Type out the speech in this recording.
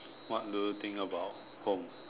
what do you think about home